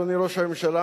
אדוני ראש הממשלה,